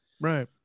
right